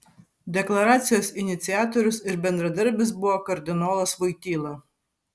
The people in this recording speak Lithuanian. deklaracijos iniciatorius ir bendradarbis buvo kardinolas voityla